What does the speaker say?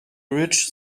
rich